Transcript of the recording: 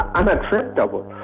unacceptable